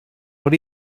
what